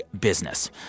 business